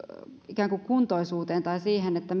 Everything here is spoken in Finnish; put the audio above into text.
ikään kuin kuntoisuuteen tai siihen